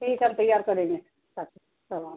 ٹھیک ہےر تیار کریں گے ساتھ سل